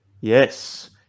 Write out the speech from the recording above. Yes